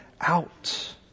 out